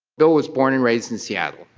bill was born and raised in seattle,